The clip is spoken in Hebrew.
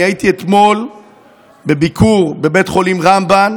אני הייתי אתמול בביקור בבית חולים רמב"ם